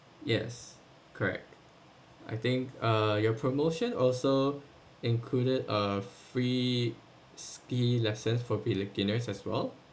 yes correct I think uh your promotion also included a free ski lesson for beginners as well